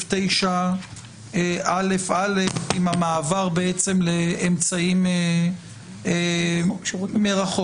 9א(א) עם המעבר בעצם לאמצעים מרחוק,